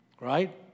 right